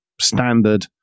standard